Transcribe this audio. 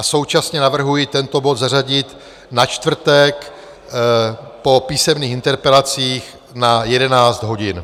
Současně navrhuji tento bod zařadit na čtvrtek po písemných interpelacích na 11 hodin.